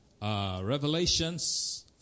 Revelations